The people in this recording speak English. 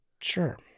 Sure